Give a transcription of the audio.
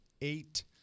eight